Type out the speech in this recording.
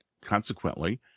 Consequently